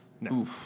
No